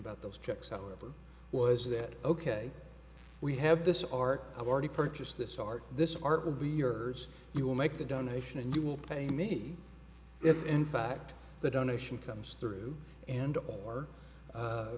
about those checks however was that ok we have this arc i've already purchased this art this art will be yours you will make the donation and you will pay me if in fact the donation comes through and or